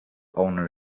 owner